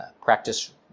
practice